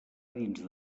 dins